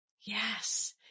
Yes